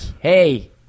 hey